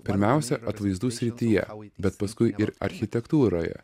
pirmiausia atvaizdų srityje bet paskui ir architektūroje